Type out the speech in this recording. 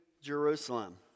Jerusalem